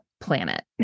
planet